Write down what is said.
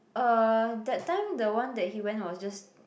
uh that time the one that he went was just